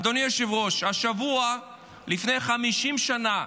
אדוני היושב-ראש, השבוע לפני 50 שנה,